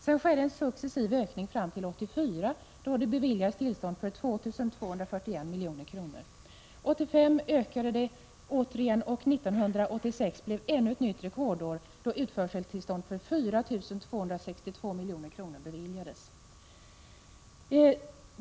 Sedan skedde en successiv ökning fram till år 1984, då tillstånd beviljades för vapenexport för 2 241 milj.kr. 1985 ökade tillstånden återigen, och 1986 blev ännu ett rekordår, då utförseltillstånd för vapenexport för 4 462 milj.kr. beviljades.